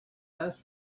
best